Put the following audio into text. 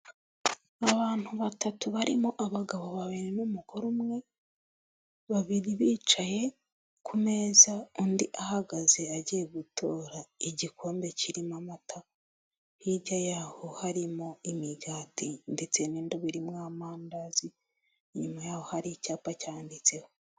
Abantu batatu barimo abagabo babiri n'umugore umwe, babiri bicaye ku meza, undi ahagaze agiye gutora igikombe kirimo amata, hirya yaho harimo imigati ndetse n'indobo irimo amandazi, inyuma yaho hari icyapa cyanditseho.